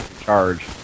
charge